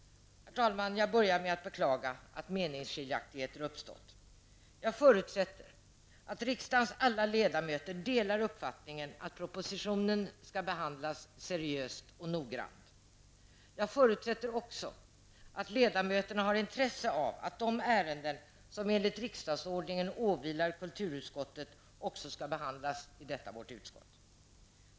Herr talman! Jag började med att beklaga att meningsskiljaktigheten uppstått. Jag förutsätter att riksdagens alla ledamöter delar uppfattningen att propositionen skall behandlas seriöst och noggrant. Jag förutsätter också att ledamöterna har intresse av att de ärenden som enligt riksdagsordningen åvilar kulturutskottet också skall behandlas i detta vårt utskott.